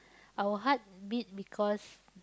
our heart beat because